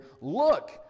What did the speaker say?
look